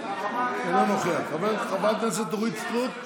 אינו נוכח, חברת הכנסת אורית סטרוק,